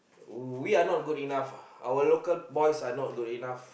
we are not good enough our local boys are not good enough